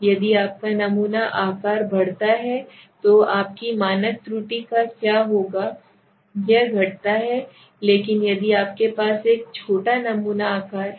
यदि आपका नमूना आकार बढ़ता है तो आपकी मानक त्रुटि का क्या होता है यह घटता है लेकिन यदि आपके पास एक छोटा नमूना आकार है